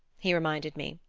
he reminded me.